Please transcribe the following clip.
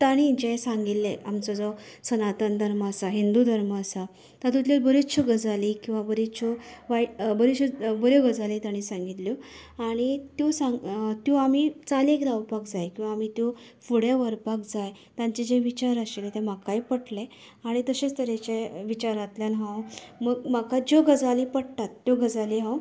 तांणी जें सांगिल्लें आमचो जो सनातन धर्म आसा हिंदू धर्म आसा तातूंतल्यो बरेचश्यो गजाली किंवां बरेचश्यो वायट बरेचश्यो बऱ्यो गजाली तांणें सांगिल्ल्यो आनी त्यो सांग त्यो आमी चालीक लावपाक जाय किंवां आमी त्यो फुडें व्हरपाक जाय तांचे जे विचार आशिल्ले ते म्हाकाय पटले आनी तश्याच तरेचे विचारांतल्यान हांव म्हक् म्हाका ज्यो गजाली पटटात त्यो गजाली हांव